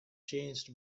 changed